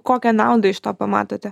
kokią naudą iš to pamatote